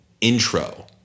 intro